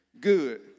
good